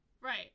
Right